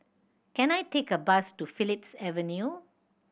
can I take a bus to Phillips Avenue